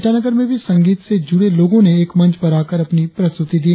ईटानगर में भी संगीत से जुड़े लोगों ने एक मंच पर आकर अपनी प्रस्तुति दी